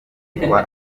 yitwa